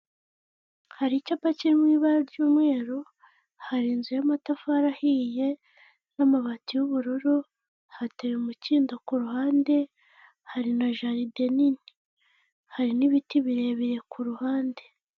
Hari icyapa ki mu ibara ry'umweru hari inzu y'amatafari ahiye n'amabati y'ubururu, hateye umukindo ku ruhande hari na jaride nini, hari n'ibiti birebire ku ruhande.